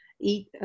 eat